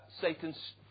Satan's